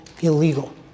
illegal